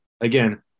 Again